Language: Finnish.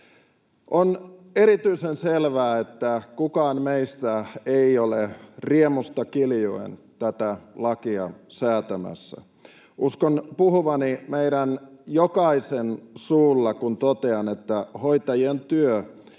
On erityisen selvää, että kukaan meistä ei ole riemusta kiljuen tätä lakia säätämässä. Uskon puhuvani meidän jokaisen suulla, kun totean, että hoitajien työ